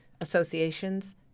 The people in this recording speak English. associations